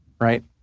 right